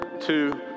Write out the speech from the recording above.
two